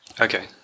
Okay